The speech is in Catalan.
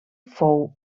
fou